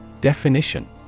Definition